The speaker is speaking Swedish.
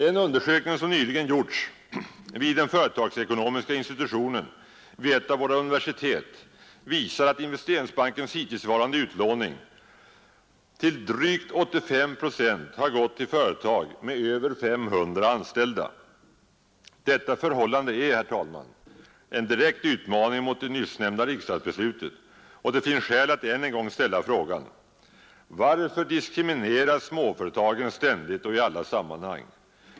En undersökning som nyligen gjorts vid den företagsekonomiska institutionen vid ett av våra universitet visar att av Investeringsbankens hittillsvarande utlåning har drygt 85 procent gått till företag med över 500 anställda. Detta förhållande är, herr talman, en direkt utmaning mot det nyssnämnda riksdagsbeslutet, och det finns skäl att ännu en gång ställa frågan: Varför diskrimineras småföretagen ständigt och i alla sammanhang?